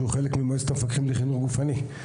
שהוא חלק ממועצת המפקחים לחינוך גופני.